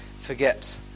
forget